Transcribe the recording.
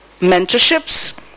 mentorships